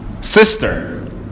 Sister